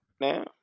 now